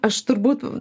aš turbūt